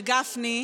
של גפני,